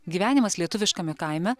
gyvenimas lietuviškame kaime